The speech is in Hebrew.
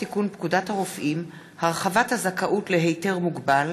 לתיקון פקודת הרופאים (הרחבת הזכאות להיתר מוגבל),